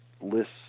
lists